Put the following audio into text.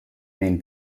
main